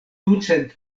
ducent